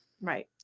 Right